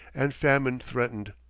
and famine threatened.